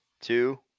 two